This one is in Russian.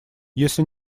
если